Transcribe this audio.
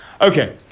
Okay